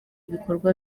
ibikorwa